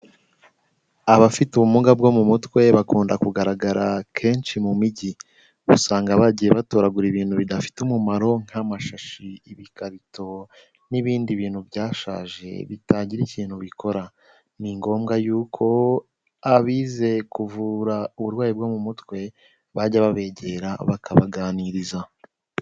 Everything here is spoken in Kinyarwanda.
Abafite ubumuga bwo mu mutwe bakunda kugaragara kenshi mu mijyi, usanga bagiye batoragura ibintu bidafite umumaro nk'amashashi, ibikarito n'ibindi bintu byashaje bitagira ikintu bikora, ni ngombwa yuko abize kuvura uburwayi bwo mu mutwe bajya babegera bakabaganiriza.